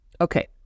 Okay